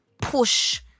push